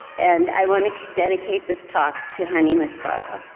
and i want to dedicate this talk to honey miss barlow.